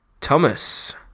Thomas